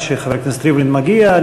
עד שחבר הכנסת ריבלין מגיע,